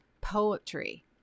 poetry